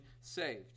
saved